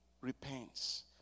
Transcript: repents